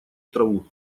траву